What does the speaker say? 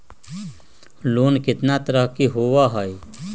Loan केतना तरह के होअ हई?